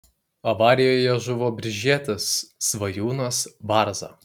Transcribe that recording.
avarijoje žuvo biržietis svajūnas varza